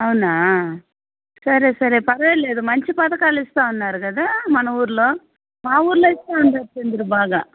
అవునా సరే సరే పర్వాలేదు మంచి పథకాలు ఇస్తు ఉన్నారు కదా మన ఊళ్ళో మా ఊళ్ళో ఇస్తు ఉన్నారు చంద్రు బాగా